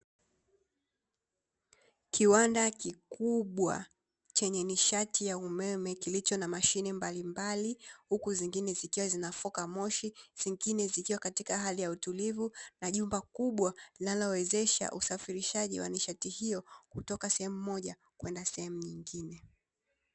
Kiwanda kikubwa chenye nishati ya umeme kilicho na mashine mbalimbali, huku zingine zikiwa zinafoka moshi na zingine zikiwa katika hali ya utulivu, na jumba kubwa lililowezesha usafirishaji wa nishati hiyo kutoka sehemu moja kwenda sehemu nyingine.